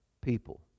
people